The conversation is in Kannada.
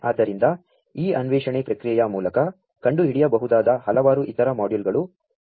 ಆದ್ದರಿಂ ದ ಈ ಅನ್ವೇ ಷಣೆ ಪ್ರಕ್ರಿಯೆಯ ಮೂ ಲಕ ಕಂ ಡು ಹಿಡಿಯಬಹು ದಾ ದ ಹಲವಾ ರು ಇತರ ಮಾ ಡ್ಯೂ ಲ್ಗಳು ಇರಬಹು ದು